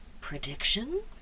prediction